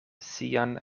sian